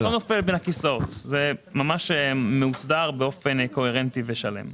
זה לא נופל בין הכיסאות וזה מאוסדר באופן קוהרנטי ושלם.